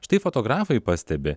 štai fotografai pastebi